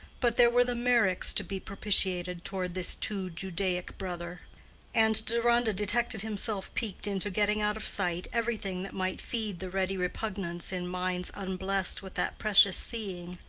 but there were the meyricks to be propitiated toward this too judaic brother and deronda detected himself piqued into getting out of sight everything that might feed the ready repugnance in minds unblessed with that precious seeing,